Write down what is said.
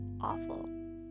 awful